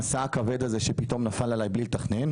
המשא הכבד הזה שנפל עלי פתאום בלי לתכנן,